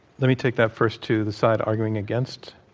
let me take that, first, to the side arguing against.